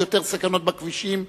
עוד יותר סכנות בכבישים.